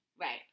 Right